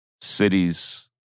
cities